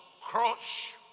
crush